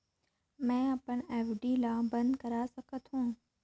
मैं अपन एफ.डी ल बंद करा चाहत हों